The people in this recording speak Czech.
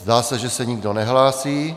Zdá se, že se nikdo nehlásí.